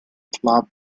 club